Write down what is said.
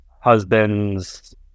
husband's